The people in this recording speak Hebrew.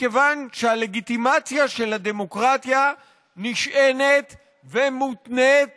מכיוון שהלגיטימציה של הדמוקרטיה נשענת ומותנית